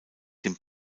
dem